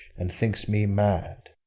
and thinks me mad.